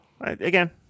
Again